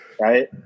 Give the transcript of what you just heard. right